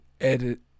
edit